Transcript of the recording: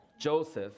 Joseph